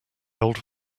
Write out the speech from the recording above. old